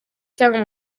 cyangwa